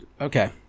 Okay